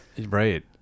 Right